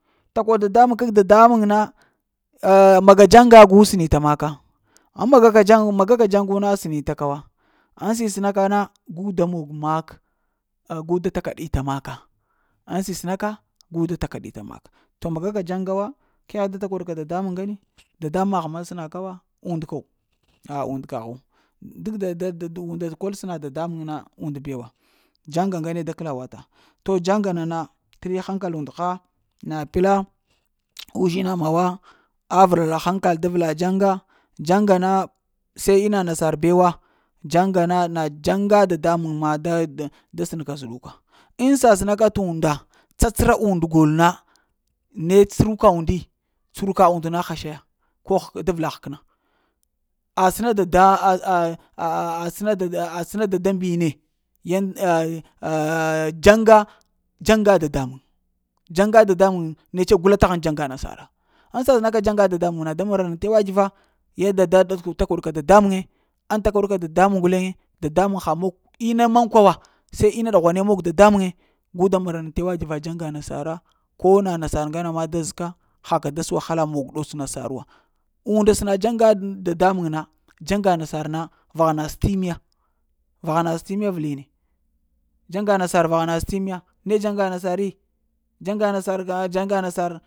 Takoɗ dada muŋ kag dada muŋ na ah maga dzaŋga gu sənita maka ŋ maga ka magaka ɗzaŋgu na da sənita kawa, ŋ sisəna ka na gu da mog mak ah gu da takaɗita maka, ŋ sisəna ka gu da takaɗi ta maka, to maga ka dzaŋga wa, keghe da takoɗ ka t’ dada muŋ ŋga ni. Dada muŋ ŋgagh ma səna ka wa, und ko a und kaghu. Duk da da dəda und kol səna dadamun na und bewa, dzaŋga ŋgane da kəla wata. To dzaŋga na na t’ kəla haŋkala und ha na pla uzhina mawa? Rəra hankal da vla dzaŋga, dzaŋga na se ina nasar bewa, dzaŋga na dzaŋga dadamuŋ ma da da səna ka t'zəɗuka ŋ sasəna ka t'unda, tsatsəra und gol na ne tsuruka undi, tsuruka und na həsha ya, ko hək ɗa vla həkəna. A səna ɗada? səna dadambine yan dzaŋga dzaŋga dada muŋ, dzaŋga ah dadamuŋ netse gula tahaŋ dzaŋga nasara, ŋ sasəna ka dzaŋga dada muŋ na da maranan tewa t've. Yada da da zləw da kor ka dada muŋe ŋ da kor ka dadamuŋ guleŋ. Dada muŋ ba mog ina mankwa wa, se ina ɗughane mog dada muŋe gu da maranan t'wa t'va dzaŋga nasara ko na nasar ŋgana ma da zəka, haka da wahala da mog dots nasarawa unda səna dyaŋga dadamuŋ na dzaŋg nasar na vahana sətimme, vaghana sətimme avəlini. Ɗzaŋga nasar rvaghana sətimm ya, ne dzaŋga nasari dzaŋga nasar na ɗzaŋga nasar.